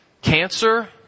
cancer